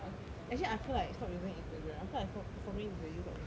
actually I feel like stop using instagram I feel like stop stopping the use of instagram